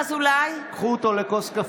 קחו אותו לכוס קפה.